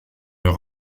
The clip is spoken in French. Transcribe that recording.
leur